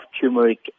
turmeric